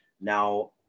Now